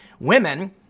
women